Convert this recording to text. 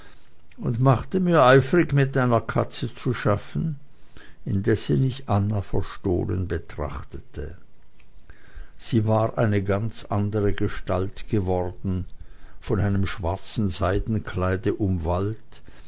und machte mir eifrig mit einer katze zu schaffen indessen ich anna verstohlen betrachtete sie war eine ganz andere gestalt geworden von einem schwarzen seidenkleide